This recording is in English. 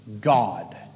God